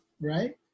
right